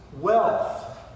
wealth